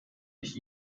ich